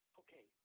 okay